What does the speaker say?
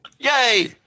Yay